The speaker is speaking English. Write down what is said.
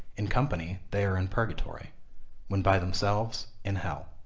in company they are in purgatory when by themselves, in hell.